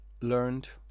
learned